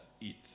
eat